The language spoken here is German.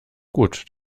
gut